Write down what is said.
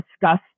discuss